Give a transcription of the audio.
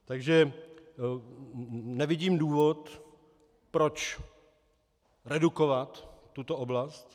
Takže nevidím důvod, proč redukovat tuto oblast.